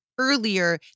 earlier